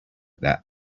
that